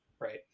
right